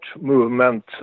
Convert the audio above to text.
movement